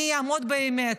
אני אעמוד באמת,